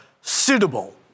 suitable